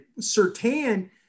Sertan